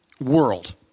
world